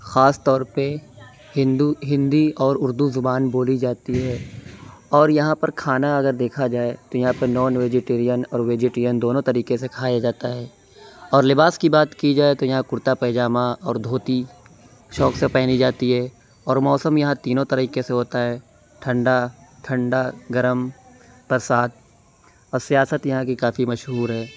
خاص طور پہ ہندو ہندی اور اُردو زبان بولی جاتی ہے اور یہاں پر کھانا اگر دیکھا جائے تو یہاں پر نان ویجیٹرین اور ویجیٹیرین دونوں طریقے سے کھایا جاتا ہے اور لباس کی بات كی جائے تو یہاں كُرتا پائجامہ اور دھوتی شوق سے پہنی جاتی ہے اور موسم یہاں تینوں طریقے سے ہوتا ہے ٹھنڈا ٹھنڈا گرم برسات اور سیاست یہاں کی کافی مشہور ہے